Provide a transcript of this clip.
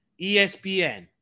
ESPN